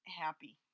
happy